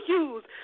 use